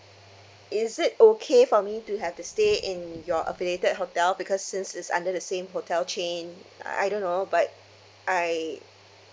is it okay for me to have the stay in your affiliated hotel because since it's under the same hotel chain uh I don't know but I